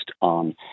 on